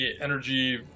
energy